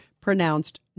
pronounced